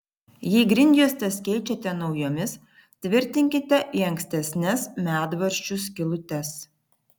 jei grindjuostes keičiate naujomis tvirtinkite į ankstesnes medvaržčių skylutes